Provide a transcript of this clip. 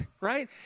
right